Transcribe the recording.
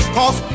Cause